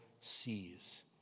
sees